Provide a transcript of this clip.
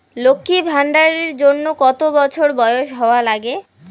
লক্ষী ভান্ডার এর জন্যে কতো বছর বয়স হওয়া লাগে?